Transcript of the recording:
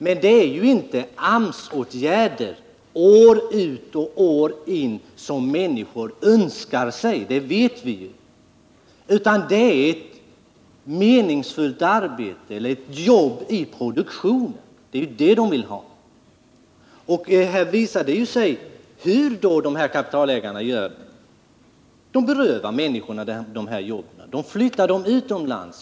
Men det är inte AMS-åtgärder år ut och år in som människorna önskar sig — det vet vi ju — utan det är ett meningsfullt arbete eller ett jobb i produktionen som de vill ha. Här visar det sig hur kapitalägarna gör. De berövar människorna jobben, flyttar jobben utomlands.